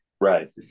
Right